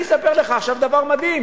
אני אספר לך עכשיו דבר מדהים.